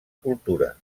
cultura